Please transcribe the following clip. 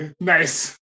Nice